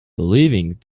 believing